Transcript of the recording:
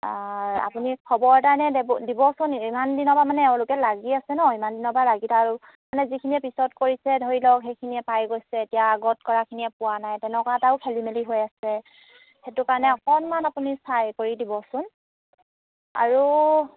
আপুনি খবৰ এটা এনেই দিবচোন ইমান দিনৰ পৰা মানে এওঁলোকে লাগি আছে নহ্ ইমান দিনৰ পৰা লাগি ত আৰু মানে যিখিনিয়ে পিছত কৰিছে ধৰি লওক সেইখিনিয়ে পাই গৈছে এতিয়া আগত কৰাখিনিয়ে পোৱা নাই তেনেকুৱা এটাও খেলি মেলি হৈ আছে সেইটো কাৰণে অকণমান আপুনি চাই কৰি দিবচোন আৰু